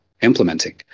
implementing